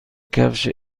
کفش